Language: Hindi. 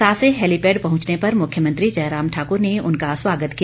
सासे हैलीपैड पहुंचने पर मुख्यमंत्री जयराम ठाकुर ने उनका स्वागत किया